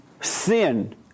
sin